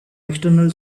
external